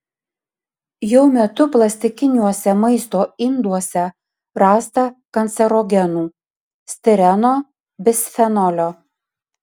jo metu plastikiniuose maisto induose rasta kancerogenų stireno bisfenolio